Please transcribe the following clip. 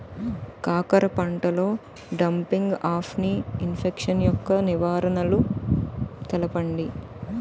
కాకర పంటలో డంపింగ్ఆఫ్ని ఇన్ఫెక్షన్ యెక్క నివారణలు తెలపండి?